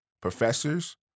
professors